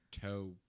toe